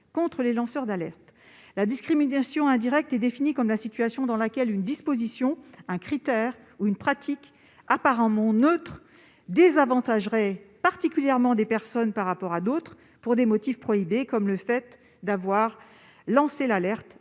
La discrimination indirecte est définie comme la situation dans laquelle une disposition, un critère ou une pratique apparemment neutre désavantagerait particulièrement des personnes par rapport à d'autres pour des motifs prohibés, comme le fait d'avoir lancé l'alerte,